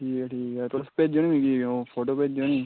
ठीक ऐ ठीक ऐ तुस भेजेओ निं मिकी ओह् फोटो भेजेओ निं